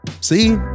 See